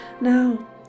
now